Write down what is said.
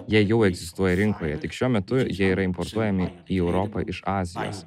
jie jau egzistuoja rinkoje tik šiuo metu jie yra importuojami į europą iš azijos